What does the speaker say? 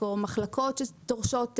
או מחלקות שדורשות היי-טק,